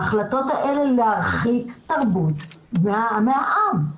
ההחלטות האלה להרחיק תרבות מהעם.